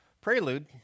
prelude